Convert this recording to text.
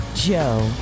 Joe